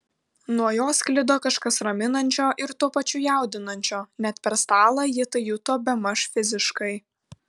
nuo jo sklido kažkas raminančio ir tuo pačiu jaudinančio net per stalą ji tai juto bemaž fiziškai